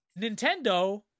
Nintendo